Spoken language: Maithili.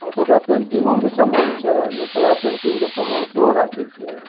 ओतुका पेन्टिंगोके सामान छै मिथिला पेन्टिंगके सामान सेहो राखय छियै